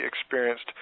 experienced